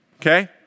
okay